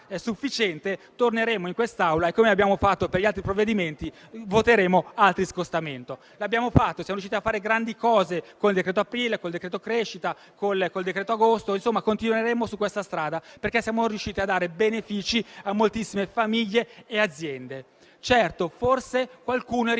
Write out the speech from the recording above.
sufficiente, torneremo in quest'Aula e, come abbiamo fatto per altri provvedimenti, voteremo un altro scostamento. Lo abbiamo fatto e siamo riusciti a fare grandi cose con il decreto aprile, con il decreto crescita e con il decreto agosto. Continueremo su questa strada, perché siamo riusciti a dare benefici a moltissime famiglie e aziende. Certo, forse qualcuno è rimasto